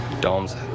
Domes